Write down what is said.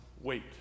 wait